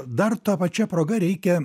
dar ta pačia proga reikia